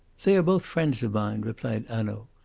they are both friends of mine, replied hanaud.